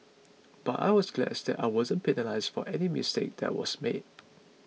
but I was glass that I wasn't penalised for any mistake that was made